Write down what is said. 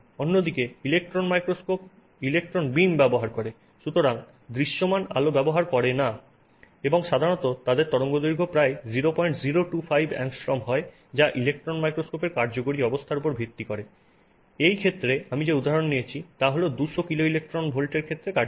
অন্যদিকে electron microscope electron beam ব্যবহার করে দৃশ্যমান আলো ব্যবহার করে না এবং সাধারণত তাদের তরঙ্গদৈর্ঘ্য প্রায় 0025 অ্যাংস্ট্রোম হয় যা ইলেকট্রন মাইক্রোস্কোপের কার্যকরী অবস্থার উপর ভিত্তি করে এই ক্ষেত্রে আমি যে উদাহরণ দিয়েছি তা 200 কিলো ইলেক্ট্রন ভোল্টের ক্ষেত্রে কার্যকরী